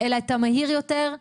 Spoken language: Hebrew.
אלא את המהיר היותר,